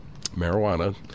marijuana